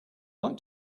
like